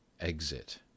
Exit